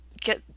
get